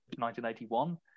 1981